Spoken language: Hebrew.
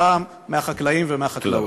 הפעם מהחקלאים ומהחקלאות.